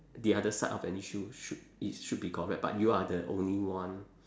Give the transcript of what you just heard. the other side of an issue should is should be correct but you are the only one